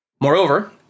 Moreover